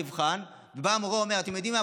במבחן ובאה המורה ואומרת: אתם יודעים מה,